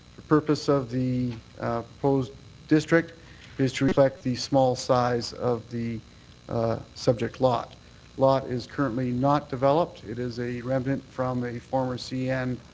for purpose of the proposed district is to reflect the small size of the subject lot. the lot is currently not developed. it is a remnant from a former c n.